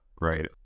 right